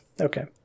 Okay